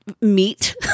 meat